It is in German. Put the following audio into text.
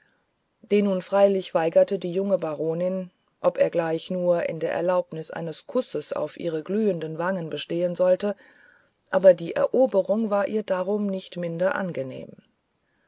den nun freilich verweigerte die junge baronin ob er gleich nur in der erlaubnis eines kusses auf ihre glühenden wangen bestehen sollte aber die eroberung war ihr darum nicht minder angenehm